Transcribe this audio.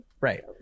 Right